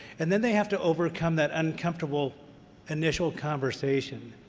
and then they have to overcome that uncomfortable initiative conversation.